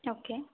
okay